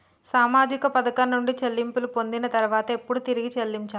సామాజిక పథకం నుండి చెల్లింపులు పొందిన తర్వాత ఎప్పుడు తిరిగి చెల్లించాలి?